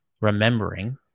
remembering